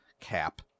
cap